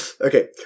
Okay